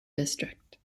district